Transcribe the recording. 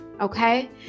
okay